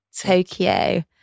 Tokyo